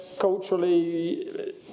culturally